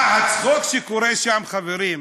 מה, הצחוק שקורה שם, חברים,